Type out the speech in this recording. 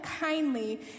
kindly